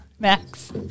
Max